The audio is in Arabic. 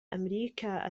أمريكا